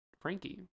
Frankie